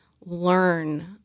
learn